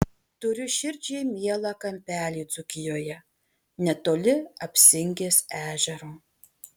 turiu širdžiai mielą kampelį dzūkijoje netoli apsingės ežero